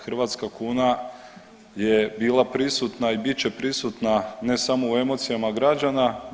Hrvatska kuna je bila prisutna i bit će prisutna ne samo u emocijama građana.